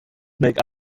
make